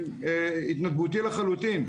זה התנדבותי לחלוטין.